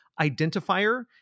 identifier